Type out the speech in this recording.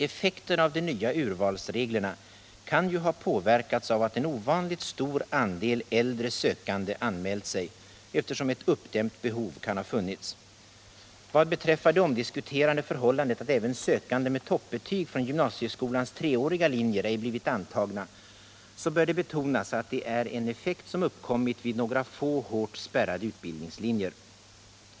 Effekten av de nya urvalsreglerna kan ju ha påverkats av att en ovanligt stor andel äldre sökande anmält sig eftersom ett uppdämt behov kan ha funnits. Vad beträffar det omdiskuterade förhållandet att även sökande med toppbetyg från gymnasieskolans treåriga linjer ej blivit antagna så bör det betonas att det är en effekt som uppkommit vid några få hårt spärrade utbildningslinjer.